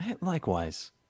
Likewise